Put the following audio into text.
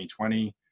2020